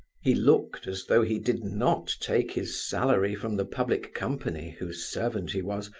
he looked as though he did not take his salary from the public company, whose servant he was,